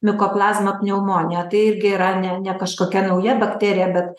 mikoplazma pneumonija tai irgi yra ne ne kažkokia nauja bakterija bet